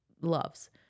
loves